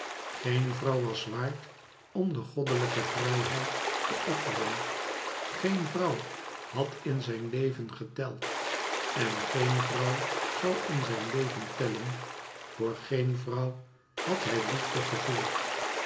geen vrouw was waard om de goddelijke vrijheid te offeren geen vrouw had in zijn leven geteld en geen vrouw zou in zijn leven tellen voor geen vrouw had hij liefde gevoeld